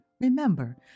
Remember